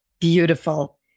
Beautiful